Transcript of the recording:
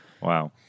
Wow